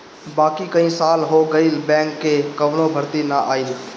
बाकी कई साल हो गईल बैंक कअ कवनो भर्ती ना आईल